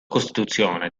costituzione